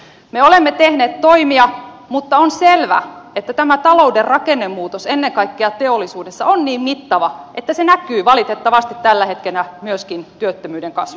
me olemme tehneet toimia mutta on selvä että tämä talouden rakennemuutos ennen kaikkea teollisuudessa on niin mittava että se näkyy valitettavasti tällä hetkellä myöskin työttömyyden kasvussa